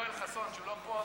יואל חסון, שהוא לא פה.